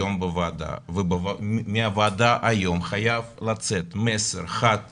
היום בוועדה ומהוועדה היום חייב לצאת מסר חד וברור,